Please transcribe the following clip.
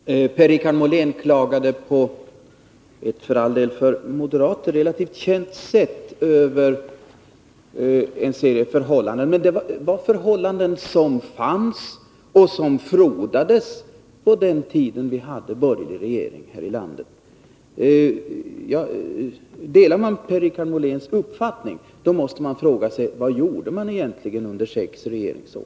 Herr talman! Per-Richard Molén klagade, på ett för moderater för all del relativt känt sätt, över en serie förhållanden. Men det var förhållanden som fanns och som frodades på den tid vi hade borgerlig regering här i landet. Delar man Per-Richard Moléns uppfattning, måste man fråga sig: Vad gjorde de borgerliga egentligen under sina sex regeringsår?